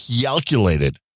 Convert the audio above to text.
calculated